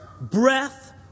breath